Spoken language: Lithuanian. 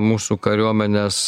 mūsų kariuomenės